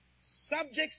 subjects